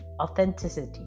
Authenticity